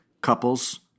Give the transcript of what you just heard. couples